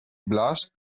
blushed